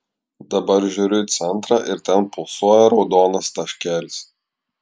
dabar žiūriu į centrą ir ten pulsuoja raudonas taškelis